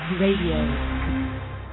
Radio